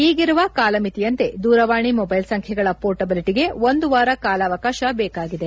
ಈಗಿರುವ ಕಾಲಮಿತಿಯಂತೆ ದೂರವಾಣಿ ಮೊಬೈಲ್ ಸಂಬೈಗಳ ಮೋರ್ಟಬಲಿಟಗೆ ಒಂದುವಾರ ಕಾಲಾವಕಾಶ ಬೇಕಾಗಿದೆ